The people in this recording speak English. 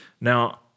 Now